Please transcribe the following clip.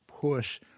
push